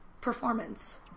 performance